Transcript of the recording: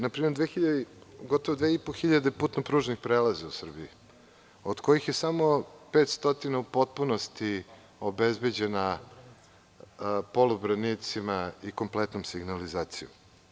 Na primer, gotovo da ima 2.500 putno-pružnih prelaza u Srbiji od kojih je samo 500 u potpunosti obezbeđen polubranicima i kompletnom signalizacijom.